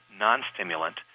non-stimulant